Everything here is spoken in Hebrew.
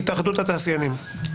התאחדות התעשיינים,